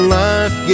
life